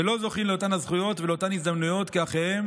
שלא זוכים לאותן הזכויות ולאותן הזדמנויות כאחיהם